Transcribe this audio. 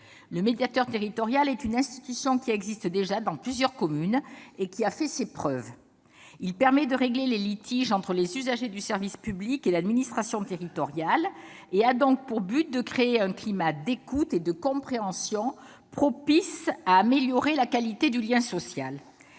Le médiateur territorial est une institution qui existe déjà dans plusieurs communes et qui a fait ses preuves. Il permet de régler les litiges entre les usagers du service public et l'administration territoriale et a donc pour but de créer un climat d'écoute et de compréhension, propice à améliorer la qualité du lien social.